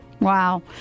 Wow